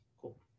Cool